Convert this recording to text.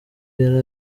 yari